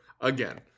Again